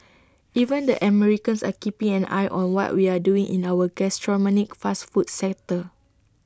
even the Americans are keeping an eye on what we're doing in our gastronomic fast food sector